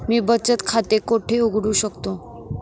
मी बचत खाते कोठे उघडू शकतो?